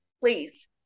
Please